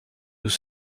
nous